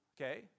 Okay